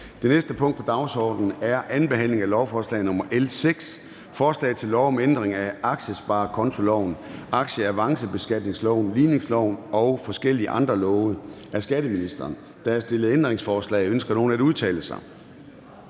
Det næste punkt på dagsordenen er: 6) 2. behandling af lovforslag nr. L 6: Forslag til lov om ændring af aktiesparekontoloven, aktieavancebeskatningsloven, ligningsloven og forskellige andre love. (Forhøjelse af loftet for indskud på